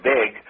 Big